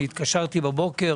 התקשרתי הבוקר.